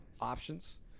options